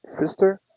Fister